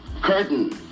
curtain